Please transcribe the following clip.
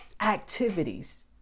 activities